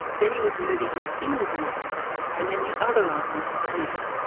then he was moving his fingers normally and then the other arm went the same.